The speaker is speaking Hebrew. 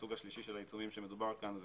הסוג השלישי של העיצומים שמדובר כאן הוא